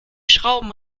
schrauben